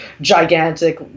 gigantic